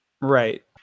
Right